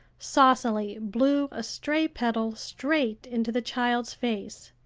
saucily blew a stray petal straight into the child's face.